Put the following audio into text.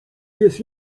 jest